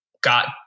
got